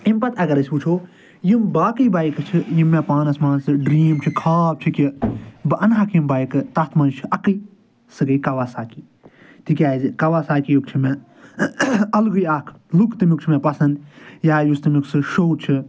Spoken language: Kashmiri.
اَمہِ پتہٕ اگر أسۍ وُچھو یِم باقٕے بایکہٕ چھِ یِم مےٚ پانس مان ژٕ ڈرٛیٖم چھِ خواب چھِ کہِ بہٕ انہٕ ہاکھ یِم بایکہٕ تتھ منٛز چھِ اکےٕ سۄ گٔے کواسکی تِکیٛازِ کواساکیُک چھُ مےٚ الگٕے اَکھ لوک تمیٛک چھُ مےٚ پسنٛد یا یُس تمیٛک سُہ شوٚو چھُ